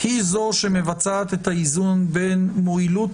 היא זאת שמבצעת את האיזון בין המועילות